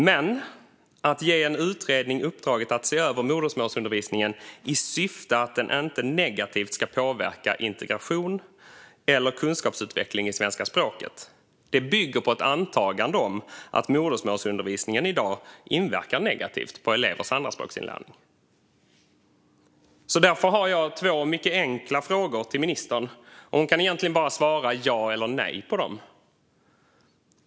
Men att ge en utredning i uppdrag att se över modersmålsundervisningen i syfte att den inte negativt ska påverka integration eller kunskapsutveckling i svenska språket bygger på ett antagande om att modersmålsundervisningen i dag inverkar negativt på elevers andraspråksinlärning. Därför har jag två mycket enkla frågor till ministern. Hon kan egentligen svara bara ja eller nej på dem.